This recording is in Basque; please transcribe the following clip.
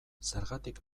zergatik